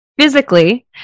Physically